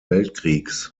weltkriegs